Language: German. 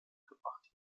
gebracht